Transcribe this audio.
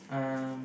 um